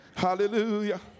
Hallelujah